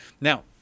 Now